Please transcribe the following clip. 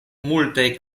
multaj